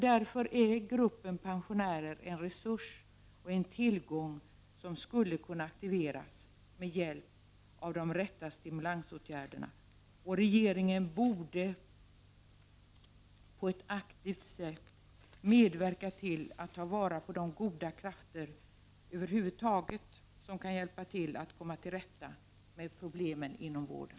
Därför är gruppen unga pensionärer en resurs och en tillgång, som skulle kunna aktiveras med hjälp av de rätta stimulansåtgärderna. Regeringen borde över huvud taget på ett aktivt sätt medverka till att ta vara på de goda krafter som kan hjälpa oss att komma till rätta med problemen inom vården.